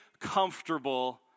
comfortable